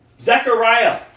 Zechariah